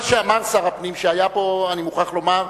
מה שאמר שר הפנים, שהיה פה, אני מוכרח לומר,